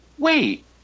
wait